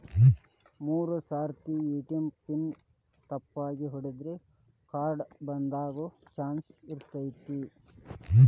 ಮೂರ್ ಸರ್ತಿ ATM pin ತಪ್ಪಾಗಿ ಹೊಡದ್ರ ಕಾರ್ಡ್ ಬಂದಾಗೊ ಚಾನ್ಸ್ ಇರ್ತೈತಿ